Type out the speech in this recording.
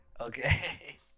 Okay